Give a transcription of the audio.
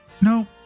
No